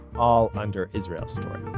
all under israel story